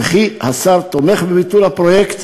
וכי השר תומך בביטול הפרויקט.